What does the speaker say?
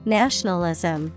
nationalism